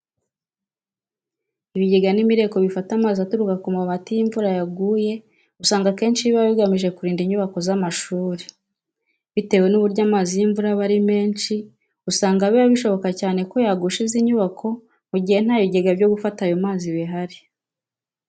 Ibigega n'imireko bifata amazi aturuka ku mabati iyo imvura yaguye usanga akenshi biba bigamije kurinda inyubako z'amashuri. Bitewe n'uburyo amazi y'imvura aba ari menshi, usanga biba bishoboka cyane ko yagusha izi nyubako mu gihe nta bigega byo gufata ayo mazi bihari.